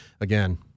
again